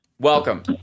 Welcome